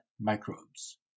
microbes